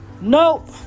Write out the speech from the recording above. nope